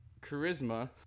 charisma